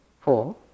Four